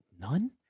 None